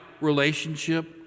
relationship